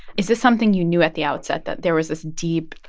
is this something you knew at the outset, that there was this deep,